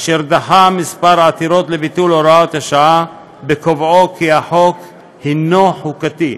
אשר דחה כמה עתירות לביטול הוראת השעה וקבע כי החוק הוא חוקתי,